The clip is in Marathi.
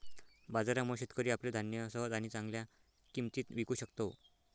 बाजारामुळे, शेतकरी आपले धान्य सहज आणि चांगल्या किंमतीत विकू शकतो